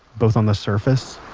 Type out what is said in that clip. both on the surface,